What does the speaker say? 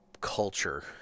Culture